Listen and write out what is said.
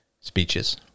speeches